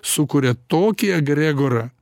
sukuria tokį egregorą